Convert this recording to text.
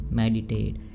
meditate